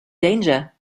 danger